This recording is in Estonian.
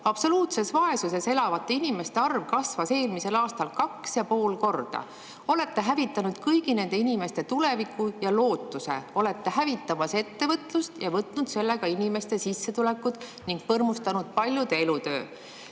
Absoluutses vaesuses elavate inimeste arv kasvas eelmisel aastal 2,5 korda. Olete hävitanud kõigi nende inimeste tuleviku ja lootuse. Olete hävitamas ettevõtlust ja võtnud sellega inimeste sissetulekud ning põrmustanud paljude elutöö.